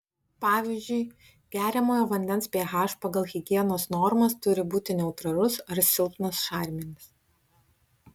pavyzdžiui geriamojo vandens ph pagal higienos normas turi būti neutralus ar silpnai šarminis